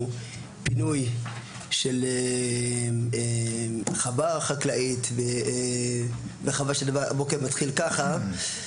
פינוי של חווה חקלאית וחבל שהבוקר מתחיל ככה,